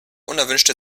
unerwünschte